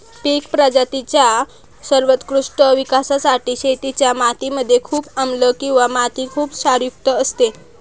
पिक प्रजातींच्या सर्वोत्कृष्ट विकासासाठी शेतीच्या माती मध्ये खूप आम्लं किंवा माती खुप क्षारयुक्त असते